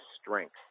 strength